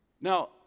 Now